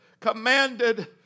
commanded